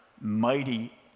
mighty